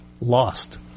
lost